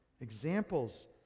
examples